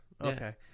Okay